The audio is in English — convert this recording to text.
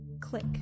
click